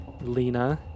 Lena